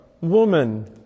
Woman